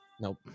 Nope